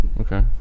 Okay